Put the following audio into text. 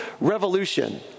revolution